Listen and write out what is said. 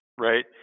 right